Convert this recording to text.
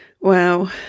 Wow